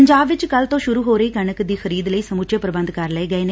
ਪੰਜਾਬ ਵਿੱਚ ਕੱਲ ਤੋਂ ਸੁਰੁ ਹੋ ਰਹੀ ਕਣਕ ਦੀ ਖਰੀਦ ਲਈ ਸਮੁੱਚੇ ਪ੍ਰਬੰਧ ਕਰ ਲਏ ਗਏ ਨੇ